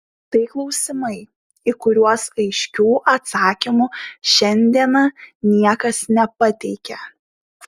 tai klausimai į kuriuos aiškių atsakymų šiandieną niekas nepateikia